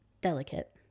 Delicate